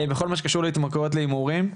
בכל מה שקשור להתמכרויות להימורים.